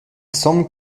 semble